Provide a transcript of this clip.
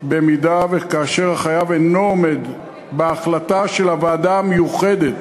כאשר החייב אינו עומד בהחלטה של הוועדה המיוחדת.